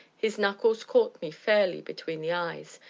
his knuckles caught me fairly between the eyes,